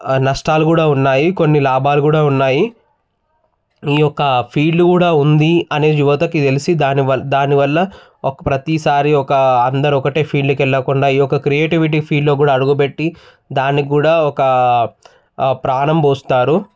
నష్టాలు గూడా ఉన్నాయి కొన్ని లాభాలు కూడా కూడా ఉన్నాయి ఈ యొక్క ఫీల్డ్ కూడా ఉందీ అనే యువతకి తెలిసి దానివ దానివల్ల ఒక ప్రతీసారి ఒకా అందరు ఒకటే ఫీల్డ్కెళ్ళకుండా ఒక క్రియేటివిటీ ఫీల్డ్లో కూడా అడుగుపెట్టి దానికూడా ఒక ప్రాణంబోస్తారు